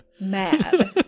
Mad